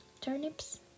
turnips